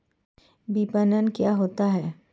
विपणन क्या होता है?